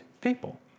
people